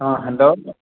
ହଁ ହ୍ୟାଲୋ